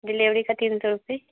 delivery का तीन सौ रुपये